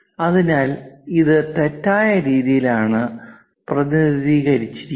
അതിനാൽ ഇത് തെറ്റായ രീതിയിലാണ് പ്രതിനിധികരിച്ചിരിക്കുന്നത്